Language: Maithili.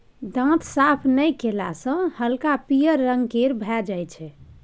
दांत साफ नहि कएला सँ हल्का पीयर रंग केर भए जाइ छै